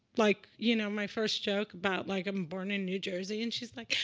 like, you know, my first joke, about, like, i'm born in new jersey? and she's like,